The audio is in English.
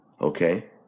okay